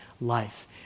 life